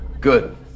Good